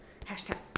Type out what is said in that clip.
hashtag